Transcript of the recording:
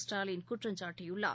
ஸ்டாலின் குற்றம் சாட்டியுள்ளார்